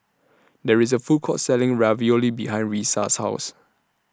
There IS A Food Court Selling Ravioli behind Risa's House